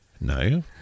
No